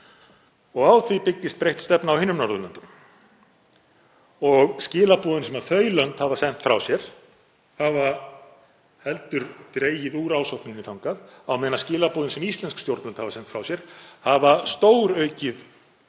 Á því byggist breytt stefna á hinum Norðurlöndunum og skilaboðin sem þau lönd hafa sent frá sér hafa heldur dregið úr ásókninni þangað á meðan skilaboðin sem íslensk stjórnvöld hafa sent frá sér hafa stóraukið